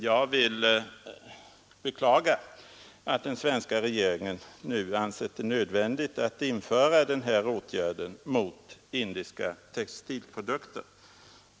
Jag vill beklaga att den svenska regeringen nu ansett det nödvändigt att införa den här åtgärden mot indiska textilprodukter.